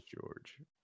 George